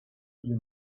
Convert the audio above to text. you